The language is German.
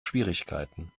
schwierigkeiten